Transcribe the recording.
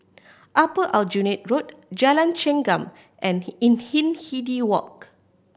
Upper Aljunied Road Jalan Chengam and In Hindhede Walk